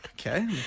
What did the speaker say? Okay